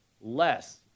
less